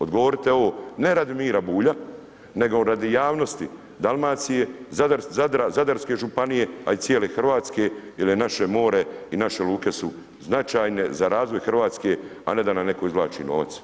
Odgovorite ovo ne radi Mira Bulja, nego radi javnosti, Dalmacije, Zadarske županije, a i cijele Hrvatske, jer je naše more i naše luke su značajne za razvoj Hrvatske, a ne da nam netko izvlači novac.